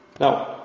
Now